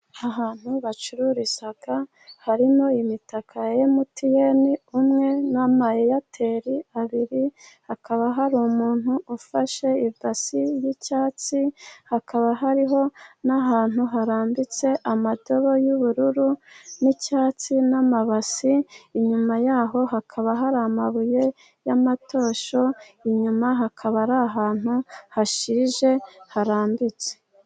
Ahantu bacururiza harimo imitaka ya emutiyeni ,umwe n'amayeitel abiri. Hakaba hari umuntu ufashe ibasi y'icyatsi, hakaba hariho n'ahantu harambitse amadobo y'ubururu n'icyatsi n'amabasi. Inyuma yaho hakaba hari amabuye y'amatosho, inyuma hakaba ari ahantu hashije harambitse.